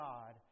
God